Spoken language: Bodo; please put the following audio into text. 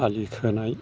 आलि खोनाय